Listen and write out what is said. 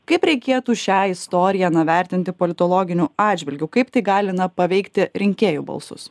kaip reikėtų šią istoriją na vertinti politologiniu atžvilgiu kaip tai gali na paveikti rinkėjų balsus